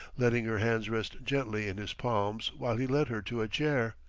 letting her hands rest gently in his palms while he led her to a chair.